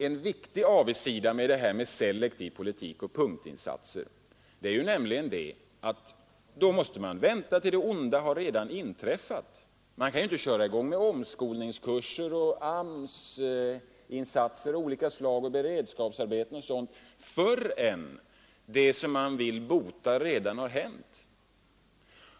En viktig avigsida med selektiv politik och punktinsatser är att man då måste vänta tills det onda redan har inträffat. Man kan inte köra i gång omskolningskurser, AMS-insatser och beredskapsarbeten, förrän det man vill bota redan har hänt.